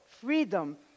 freedom